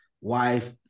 wife